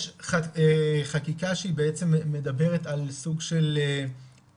יש חקיקה שהיא בעצם מדברת על סוג של תיקון,